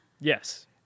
Yes